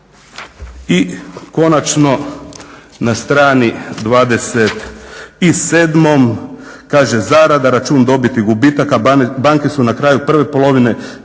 I konačno na strani 27. kaže zarada, račun dobiti gubitaka, banke su na kraju prve polovine 2012.